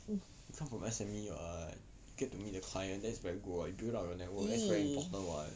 you come from S_M_E err get to meet the client that's very good what you build up your network that's very important [what]